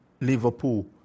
Liverpool